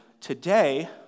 today